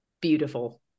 beautiful